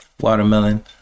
Watermelon